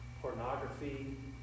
pornography